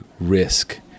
risk